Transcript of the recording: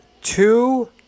two